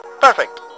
Perfect